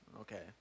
Okay